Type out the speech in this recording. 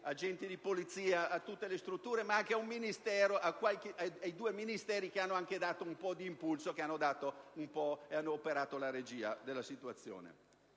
agenti di polizia, a tutte le strutture e anche ai due Ministeri che hanno dato un certo impulso e hanno tenuto la regia della situazione.